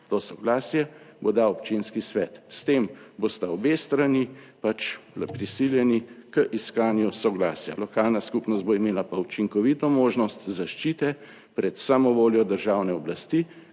To soglasje bo dal občinski svet. S tem bosta obe strani pač prisiljeni k iskanju soglasja. Lokalna skupnost bo imela pa učinkovito možnost zaščite pred samovoljo državne oblasti,